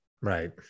right